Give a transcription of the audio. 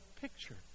picture